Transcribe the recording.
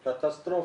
קטסטרופה.